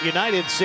United